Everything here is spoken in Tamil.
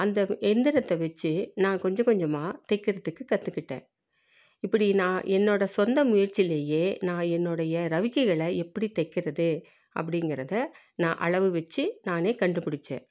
அந்த எந்திரத்தை வச்சி நான் கொஞ்சம் கொஞ்சமாக தைக்கிறத்துக்கு கற்றுக்கிட்டேன் இப்படி நான் என்னோட சொந்த முயற்சிலயே நான் என்னுடைய ரவிக்கைகளை எப்படி தைக்கிறது அப்படிங்கறத நான் அளவு வச்சி நானே கண்டுப்பிடிச்சேன்